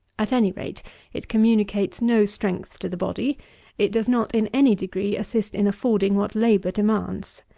at any rate it communicates no strength to the body it does not, in any degree, assist in affording what labour demands.